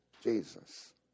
Jesus